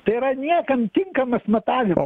tai yra niekam tinkamas matavimas